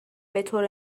بطور